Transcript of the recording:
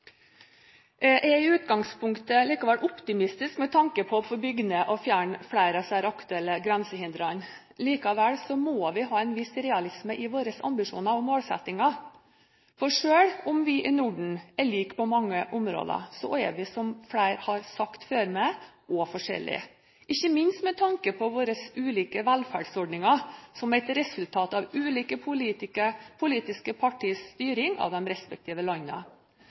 Jeg er i utgangspunktet likevel optimistisk med tanke på å få bygd ned og få fjernet flere av de aktuelle grensehindrene. Likevel må vi ha en viss realisme i våre ambisjoner og målsettinger. Selv om vi i Norden er like på mange områder, er vi – som flere har sagt før meg – også forskjellige, ikke minst med tanke på våre ulike velferdsordninger, som er et resultat av ulike politiske partiers styring av de respektive